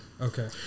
Okay